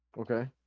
Okay